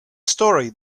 story